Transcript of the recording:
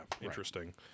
interesting